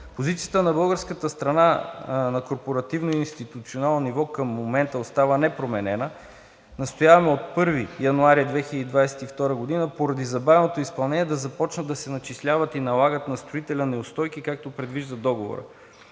Позицията на българската страна на корпоративно и институционално ниво към момента остава непроменена. Настояваме от 1 януари 2022 г. поради забавеното изпълнение да започнат да се начисляват и налагат на строителя неустойки, както предвижда договорът.